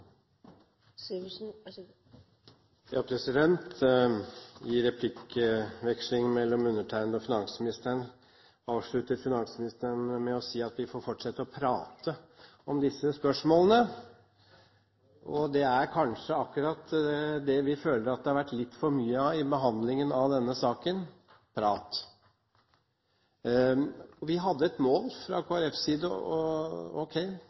med å si at vi får fortsette å «prate» om disse spørsmålene. Det er kanskje akkurat det vi føler at det har vært litt for mye av i behandlingen av denne saken – prat. Vi hadde fra Kristelig Folkepartis side et mål, og